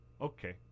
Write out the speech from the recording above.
Okay